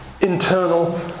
Internal